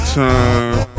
time